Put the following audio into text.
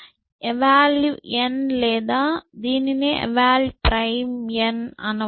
eval లేదా దీనినే eval prime అనవచ్చు